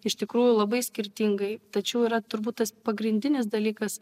iš tikrųjų labai skirtingai tačiau yra turbūt tas pagrindinis dalykas